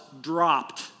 dropped